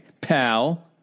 pal